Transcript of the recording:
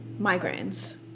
migraines